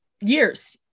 years